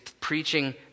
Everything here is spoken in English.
preaching